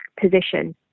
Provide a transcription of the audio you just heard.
position